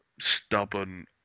stubborn